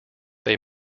they